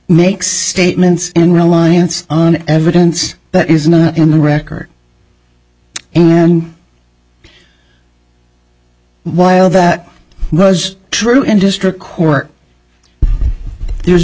makes statements in reliance on evidence that is not in the record and while that was true in district court there